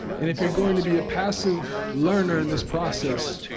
and if you're going to be a passive learner in this process,